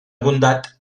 bondat